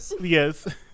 Yes